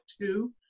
two